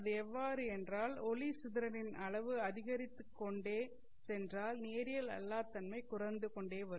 அது எவ்வாறு என்றால் ஒளி சிதறலின் அளவு அதிகரித்துக் கொண்டே சென்றால் நேரியல் அல்லா தன்மை குறைந்து கொண்டே வரும்